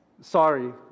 Sorry